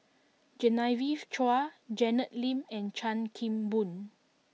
Genevieve Chua Janet Lim and Chan Kim Boon